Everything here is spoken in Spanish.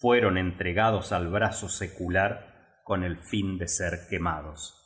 fueron entregados al brazo secular con el fin de ser quemados